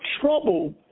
trouble